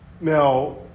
Now